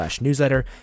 newsletter